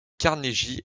carnegie